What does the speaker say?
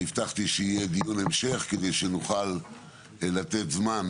הבטחתי שיהיה דיון המשך כדי שנוכל לתת זמן